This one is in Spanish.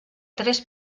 tres